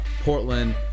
Portland